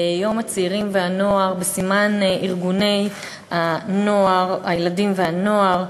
יום הצעירים והנוער בסימן ארגוני הילדים והנוער,